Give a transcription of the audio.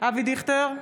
אבי דיכטר,